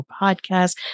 Podcast